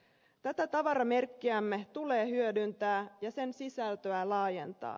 tätä tavaramerkkiämme tulee hyödyntää ja sen sisältöä laajentaa